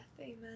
Amen